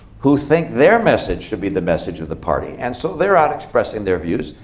who think their message should be the message of the party. and so they're out expressing their views,